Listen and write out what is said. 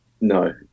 No